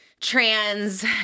trans